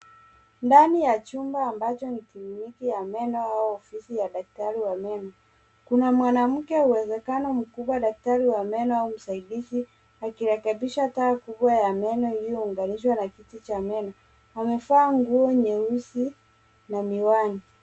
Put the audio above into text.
Ndani ya chumba ambacho ni kliniki ya meno au ofisi ya daktari wa meno. Kuna mwanamke uwezekano mkubwa daktari ya meno au msaidizi akirekebisha taa kubwa ya meno iliyounganishwa na kiti cha meno. Amevaa nguo nyeusi na miwani.